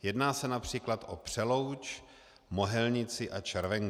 Jedná se například o Přelouč, Mohelnici a Červenku.